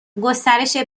گسترش